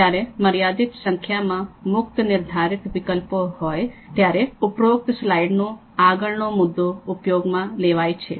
જ્યારે મર્યાદિત સંખ્યામાં મુક્ત નિર્ધારિત વિકલ્પો હોય ત્યારે ઉપરોક્ત સ્લાઈડ નો આગળનો મુદ્દો ઉપયોગમાં લેવાય છે